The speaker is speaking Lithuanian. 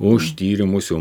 už tyrimus jau